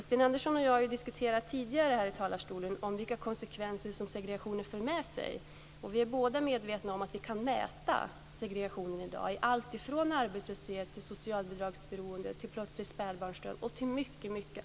Sten Andersson och jag har tidigare från denna talarstol diskuterat vilka konsekvenser som segregationen för med sig. Vi är båda medvetna om att vi kan mäta segregationen i dag i allt ifrån arbetslöshet till socialbidragsberoende, plötslig spädbarnsdöd och mycket annat.